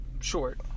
short